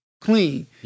clean